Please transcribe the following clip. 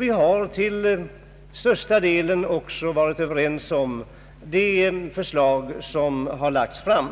Vi har till största delen också varit överens om de förslag som lagts fram.